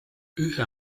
ühe